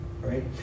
right